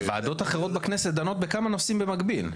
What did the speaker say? ועדות אחרות בכנסת דנות בכמה נושאים במקביל.